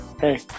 Hey